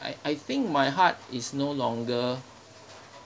I think my heart is no longer